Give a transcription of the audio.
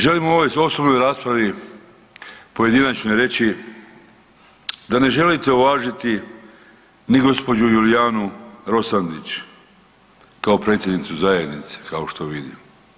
Želim u ovoj osobnoj raspravi, pojedinačnoj reći da ne želite uvažiti ni gospođu Julijanu Rosandić kao predsjednicu zajednice kao što vidim.